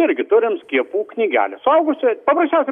irgi turim skiepų knygelę suaugusiojo paprasčiausiai